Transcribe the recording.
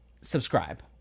subscribe